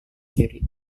kiri